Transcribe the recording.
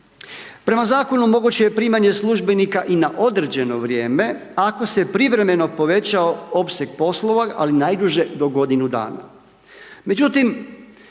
Prema Zakonu o mogućem primanje službenika i na određeno vrijeme ako se privremeno povećao opseg poslova, ali najduže do godinu dana. Međutim,